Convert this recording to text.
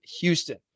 Houston